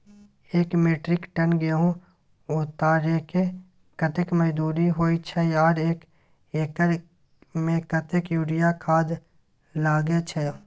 एक metric ton गेहूं उतारेके कतेक मजदूरी होय छै आर एक एकर में कतेक यूरिया खाद लागे छै?